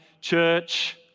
church